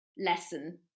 lesson